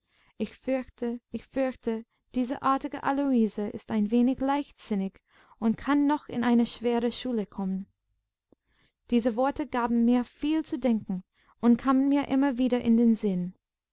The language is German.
ich fürchte ich fürchte diese artige aloise ist ein wenig leichtsinnig und kann noch in eine schwere schule kommen diese worte gaben mir viel zu denken und kamen mir immer wieder in den sinn